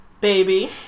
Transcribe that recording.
Baby